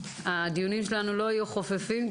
הדיונים שלנו לא יהיו חופפים,